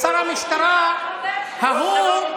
שר המשטרה ההוא,